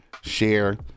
share